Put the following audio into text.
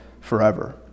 forever